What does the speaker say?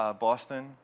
ah boston,